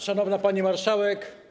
Szanowna Pani Marszałek!